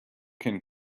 can